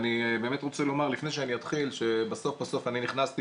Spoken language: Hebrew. לפני שאני אתחיל שבסוף בסוף אני באמת נכנסתי